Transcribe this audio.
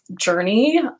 journey